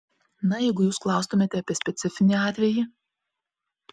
na jeigu jūs klaustumėte apie specifinį atvejį